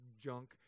junk